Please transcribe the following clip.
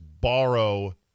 borrow